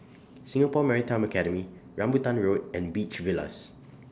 Singapore Maritime Academy Rambutan Road and Beach Villas